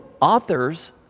authors